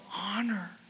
honor